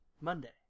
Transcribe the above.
Monday